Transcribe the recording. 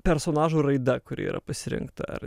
personažo raida kuri yra pasirinkta ar